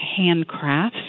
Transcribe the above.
handcrafts